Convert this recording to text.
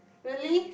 really